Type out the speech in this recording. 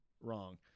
wrong